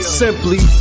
simply